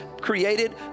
created